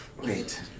Wait